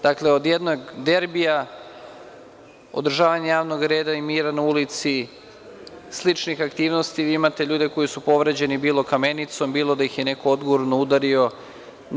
Dakle, od jednog derbija, održavanje javnog reda i mira na ulici, sličnih aktivnosti, vi imate ljude koji su povređeni, bilo kamenicom, bilo da ih je neko odgurnuo, udario, itd.